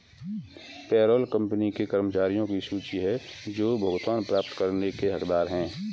payroll company के कर्मचारियों की सूची है जो भुगतान प्राप्त करने के हकदार हैं